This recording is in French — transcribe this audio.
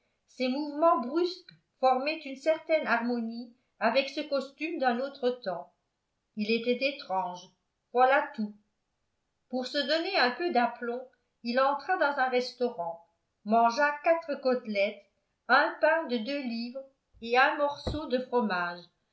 ses mouvements brusques formaient une certaine harmonie avec ce costume d'un autre temps il était étrange voilà tout pour se donner un peu d'aplomb il entra dans un restaurant mangea quatre côtelettes un pain de deux livres et un morceau de fromage